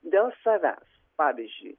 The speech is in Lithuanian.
dėl savęs pavyzdžiui